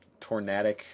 tornadic